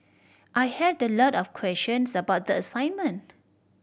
I had the lot of questions about the assignment